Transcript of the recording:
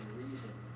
reason